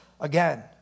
again